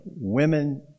Women